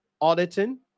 auditing